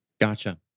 Gotcha